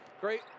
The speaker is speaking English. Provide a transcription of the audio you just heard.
Great